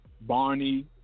Barney